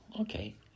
Okay